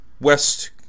west